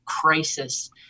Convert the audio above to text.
crisis